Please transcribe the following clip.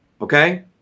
okay